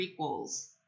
prequels